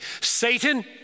Satan